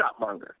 shopmonger